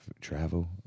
travel